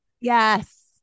Yes